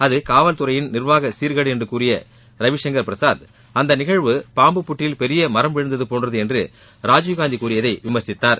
அது காவல்துறையின் நிர்வாக சீர்கேடு என்று கூறிய ரவிசங்கர் பிரசாத் அந்த நிகழ்வு பாம்பு புற்றில் பெரிய மரம் விழுந்தது போன்றது என்று ராஜீவ்காந்தி கூறியதை விமர்சித்தார்